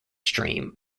stream